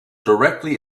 directly